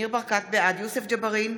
בעד יוסף ג'בארין,